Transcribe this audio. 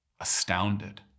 astounded